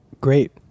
great